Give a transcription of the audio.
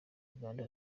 uganda